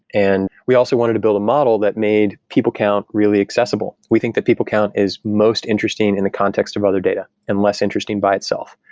and we also wanted to build a model that made people count really accessible. we think the people count is most interesting in the context of other data and less interesting by itself.